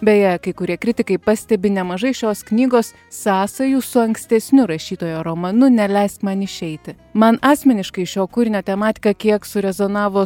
beje kai kurie kritikai pastebi nemažai šios knygos sąsajų su ankstesniu rašytojo romanu neleisk man išeiti man asmeniškai šio kūrinio tematika kiek surezonavo